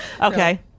Okay